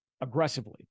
aggressively